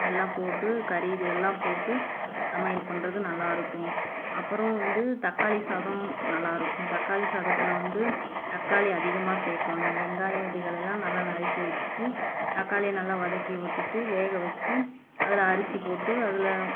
எல்லாம் போட்டு கறி இதுகள்லாம் போட்டு சமையல் பண்ணுறது நல்லாயிருக்கும் அப்புறம் வந்து தக்காளி சாதம் நல்லாயிருக்கும் தக்காளி சாதத்தில் வந்து தக்காளி அதிகமாக சேர்க்கணும் வெங்காயம் இதுகளையெல்லாம் நல்லா நறுக்கி வச்சிட்டு தக்காளியை நல்லா வதக்கி விட்டுட்டு வேக வச்சி அதில் அரிசி போட்டு அதில்